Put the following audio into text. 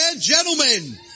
Gentlemen